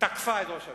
תקפה את ראש הממשלה.